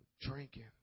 drinking